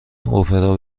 اپرا